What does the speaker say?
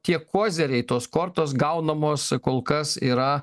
tie kuoziriai tos kortos gaunamos kol kas yra